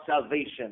salvation